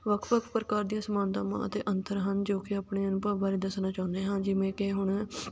ਵੱਖ ਵੱਖ ਪ੍ਰਕਾਰ ਦੀਆਂ ਸਮਾਨਤਾਵਾਂ ਅਤੇ ਅੰਤਰ ਹਨ ਜੋ ਕਿ ਆਪਣੇ ਅਨੁਭਵ ਬਾਰੇ ਦੱਸਣਾ ਚਾਹੁੰਦੇ ਹਾਂ ਜਿਵੇਂ ਕਿ ਹੁਣ